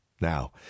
Now